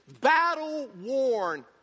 battle-worn